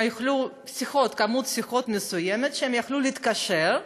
שבו יש מספר שיחות מסוים שהם יכלו להתקשר.